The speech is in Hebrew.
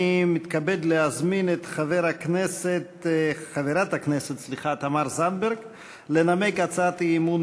אני מתכבד להזמין את חברת הכנסת תמר זנדברג לנמק הצעת אי-אמון